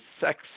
sex